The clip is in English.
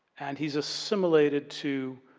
and, he's assimilated to